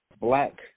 black